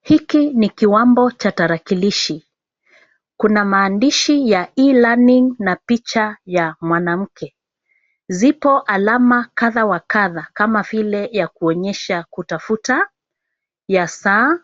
Hiki ni kiwambo cha tarakilishi. Kuna maandishi ya e-learning na picha ya mwanamke. Zipo alama kadha wa kadha, kama vile: ya kuonyesha kutafuta, ya saa